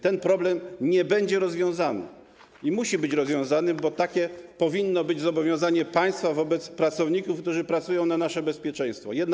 Ten problem nie będzie rozwiązany, a musi być rozwiązany, bo takie powinno być zobowiązanie państwa wobec osób, które pracują dla naszego bezpieczeństwa.